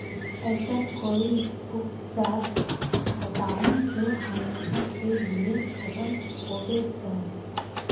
ऐसन कोई उपचार बताऊं जो हमेशा के लिए खत्म होबे जाए?